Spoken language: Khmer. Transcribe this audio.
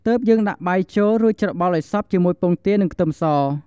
ទើបយើងដាក់បាយចូល រួចច្របល់ឱ្យសព្វជាមួយពងទា និងខ្ទឹមស។